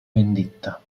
vendetta